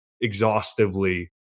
exhaustively